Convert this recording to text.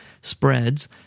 spreads